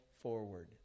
forward